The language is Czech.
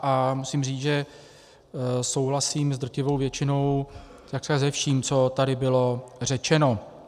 A musím říct, že souhlasím s drtivou většinou, takřka se vším, co tady bylo řečeno.